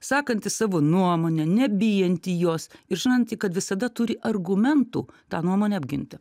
sakanti savo nuomonę nebijanti jos ir žinanti kad visada turi argumentų tą nuomonę apginti